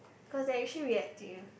cause they're actually reactive